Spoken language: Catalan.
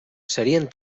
serien